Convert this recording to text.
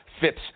fits